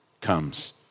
comes